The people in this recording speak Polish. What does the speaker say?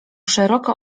szeroko